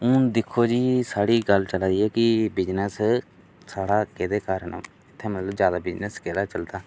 हून दिक्खो जी साढ़ी गल्ल चला दी ऐ कि बिजनेस साढ़ा केह्दे कारण उत्थै मतलब ज्यादा बिजनेस केह्ड़ा चलदा